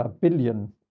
billion